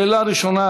שאלה ראשונה,